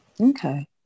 Okay